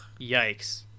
Yikes